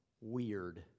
weird